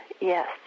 yes